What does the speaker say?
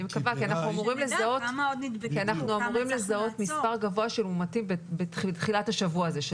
אנחנו אמורים לזהות מספר גבוה של מאומתים בתחילת השבוע הזה,